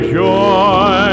joy